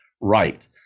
right